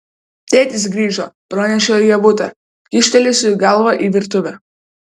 tėtis grįžo pranešė ievutė kyštelėjusi galvą į virtuvę